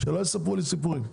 שלא יספרו לי סיפורים.